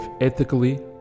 ethically